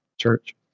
church